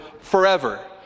forever